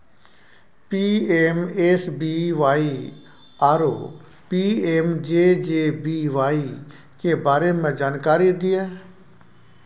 PMSBY आरो PMJJBY के बारे मे जानकारी दिय?